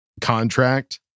Contract